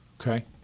Okay